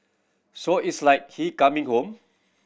so it's like he coming home